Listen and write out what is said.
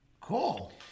Cool